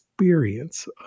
experience